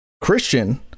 Christian